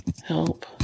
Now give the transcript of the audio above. Help